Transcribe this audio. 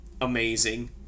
amazing